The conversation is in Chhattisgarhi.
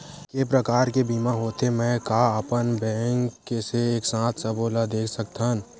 के प्रकार के बीमा होथे मै का अपन बैंक से एक साथ सबो ला देख सकथन?